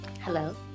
Hello